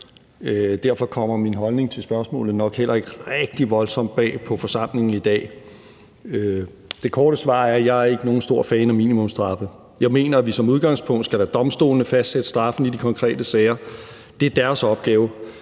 Derfor kommer min holdning til spørgsmålet nok heller ikke rigtig voldsomt bag på forsamlingen i dag. Det korte svar er, at jeg ikke er nogen stor fan af minimumsstraffe. Jeg mener, at vi som udgangspunkt skal lade domstolene fastsætte straffene i de konkrete sager. Det er deres opgave.